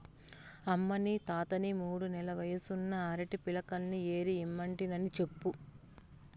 అమ్మనీ తాతని మూడు నెల్ల వయసున్న అరటి పిలకల్ని ఏరి ఇమ్మంటినని చెప్పు